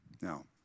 Now